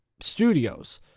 studios